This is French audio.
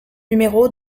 numéro